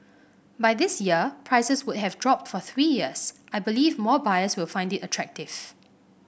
by this year prices would have dropped for three years I believe more buyers will find it attractive